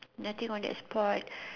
nothing on that spot